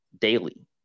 daily